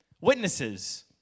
Witnesses